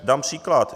Dám příklad.